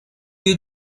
you